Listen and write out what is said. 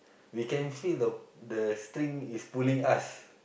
we can feel the the string is pulling us